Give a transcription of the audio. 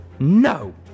No